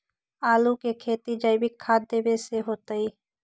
आलु के खेती जैविक खाध देवे से होतई?